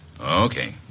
Okay